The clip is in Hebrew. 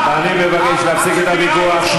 אני מבקש להפסיק את הוויכוח.